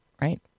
right